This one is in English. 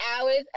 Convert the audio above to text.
hours